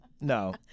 No